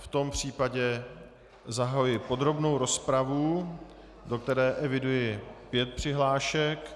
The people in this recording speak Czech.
V tom případě zahajuji podrobnou rozpravu, do které eviduji pět přihlášek.